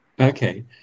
Okay